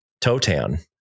Totan